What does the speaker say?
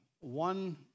one